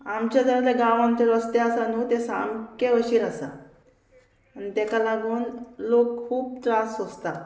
आमच्या जाल्यार गांवांत जे रस्ते आसा न्हू ते सामके अशीर आसा आनी तेका लागून लोक खूब त्रास सोंसता